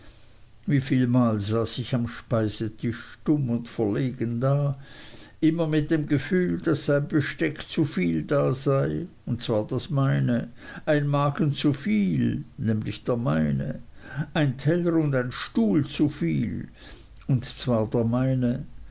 wie vielmal saß ich am speisetisch stumm und verlegen da immer mit dem gefühl daß ein besteck zu viel da sei und zwar das meine ein magen zu viel nämlich der meine ein teller und ein stuhl zu viel und zwar der meine